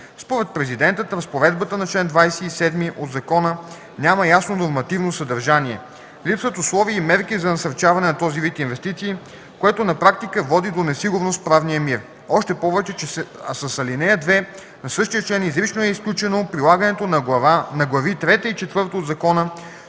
Според Президента разпоредбата на чл. 27 от закона няма ясно нормативно съдържание. Липсват условия и мерки за насърчаване на този вид инвестиции, което на практика води до несигурност в правния мир. Още повече че с ал. 2 на същия член изрично е изключено прилагането на глави трета и четвърта от закона,